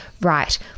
right